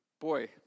boy